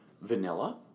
vanilla